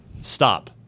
Stop